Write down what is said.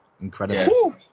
incredible